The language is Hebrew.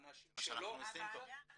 אנשים ש- -- זה מה שאנחנו עושים פה.